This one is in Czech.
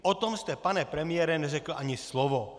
O tom jste, pane premiére, neřekl ani slovo.